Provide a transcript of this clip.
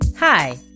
Hi